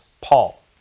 Paul